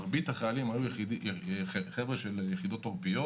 מרבית החיילים היו מיחידות עורפיות